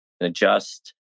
adjust